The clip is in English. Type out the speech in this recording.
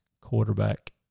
quarterback